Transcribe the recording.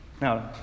Now